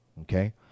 Okay